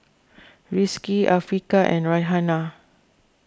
Rizqi Afiqah and Raihana